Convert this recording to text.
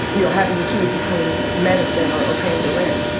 you know having to choose between medicine or paying the rent.